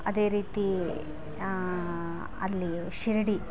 ಅದೇ ರೀತಿ ಅಲ್ಲಿ ಶಿರಡಿ